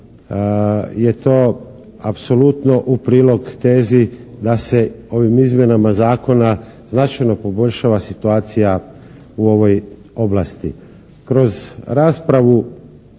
je to apsolutno u prilog tezi da se ovim izmjenama zakona značajno poboljšava situacija u ovoj oblasti. Kroz raspravu